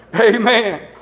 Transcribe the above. Amen